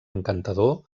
encantador